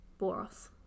Boros